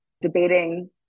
debating